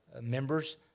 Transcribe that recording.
members